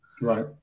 right